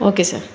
okay sir